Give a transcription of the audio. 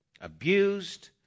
abused